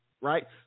right